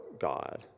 God